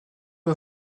pas